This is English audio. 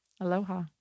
Aloha